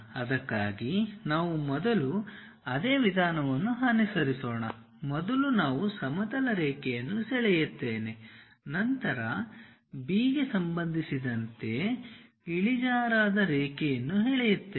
ಅದಕ್ಕಾಗಿ ನಾವು ಮೊದಲು ಅದೇ ವಿಧಾನವನ್ನು ಅನುಸರಿಸೋಣ ಮೊದಲು ನಾವು ಸಮತಲ ರೇಖೆಯನ್ನು ಸೆಳೆಯುತ್ತೇನೆ ನಂತರ B ಗೆ ಸಂಬಂಧಿಸಿದಂತೆ ಇಳಿಜಾರಾದ ರೇಖೆಯನ್ನು ಎಳೆಯುತ್ತೇವೆ